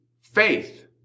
faith